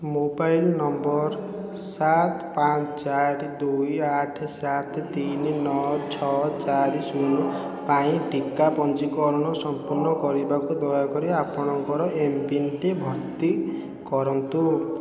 mobile number ସାତ ପାଞ୍ଚ ଚାରି ଦୁଇ ଆଠ ସାତ ତିନି ନଅ ଛଅ ଚାରି ଶୂନ ପାଇଁ ଟିକା ପଞ୍ଜୀକରଣ ସଂପୂର୍ଣ୍ଣ କରିବାକୁ ଦୟାକରି ଆପଣଙ୍କର ଏମ୍ପିନ୍ଟି ଭର୍ତ୍ତି କରନ୍ତୁ